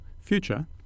future